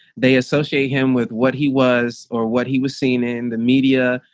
they associate him with what he was or what he was seeing in the media,